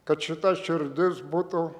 kad šita širdis būtų